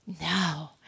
No